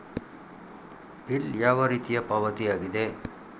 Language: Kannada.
ಬಿಲ್ ಯಾವ ರೀತಿಯ ಪಾವತಿಯಾಗಿದೆ?